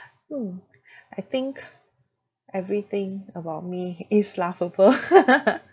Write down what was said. mm I think everything about me is laughable